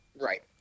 Right